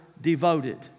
devoted